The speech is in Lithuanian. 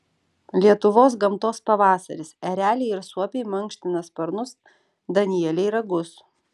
lietuvos gamtos pavasaris ereliai ir suopiai mankština sparnus danieliai ragus